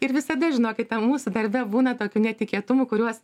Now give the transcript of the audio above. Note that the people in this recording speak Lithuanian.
ir visada žinokite mūsų darbe būna tokių netikėtumų kuriuos